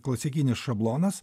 klasikinis šablonas